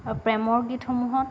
প্ৰেমৰ গীতসমূহত